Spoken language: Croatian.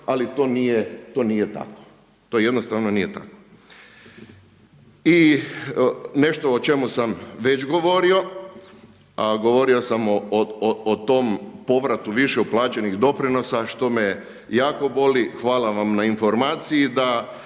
ali to nije tako. To jednostavno nije tako. I nešto o čemu sam već govorio, a govorio sam o tom povratu više uplaćenih doprinosa što me jako boli. Hvala vam na informaciji